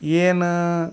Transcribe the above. ಏನೋ